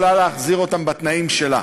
היא יכולה להחזיר אותן בתנאים שלה.